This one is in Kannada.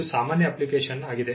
ಇದು ಸಾಮಾನ್ಯ ಅಪ್ಲಿಕೇಶನ್ ಆಗಿದೆ